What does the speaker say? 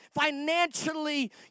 financially